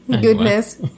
Goodness